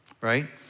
right